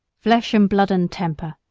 flesh and blood and temper,